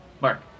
Mark